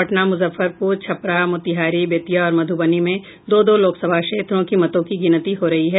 पटना मुजफ्फरपुर छपरा मोतिहारी बेतिया और मध्रबनी में दो दो लोकसभा क्षेत्रों की मतों की गिनती हो रही है